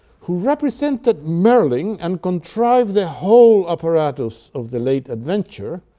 who represented merlin, and contrived the whole apparatus of the late adventure,